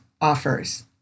offers